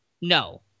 No